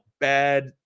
bad